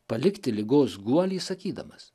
palikti ligos guolį sakydamas